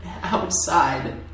Outside